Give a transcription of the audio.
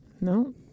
no